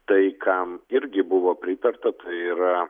tai kam irgi buvo pritarta yra